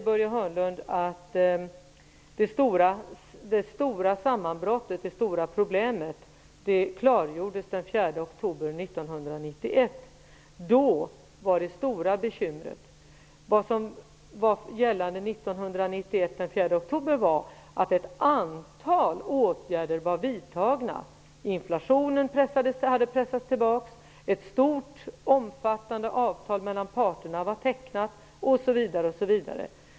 Börje Hörnlund säger att det stora sammanbrottet, problemet, klargjordes den 4 oktober 1991. Då hade ett antal åtgärder vidtagits. Inflationen hade pressats tillbaka, ett stort omfattande avtal mellan parterna var tecknat osv.